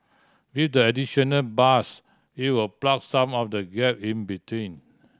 with the additional bus it will plug some of the gap in between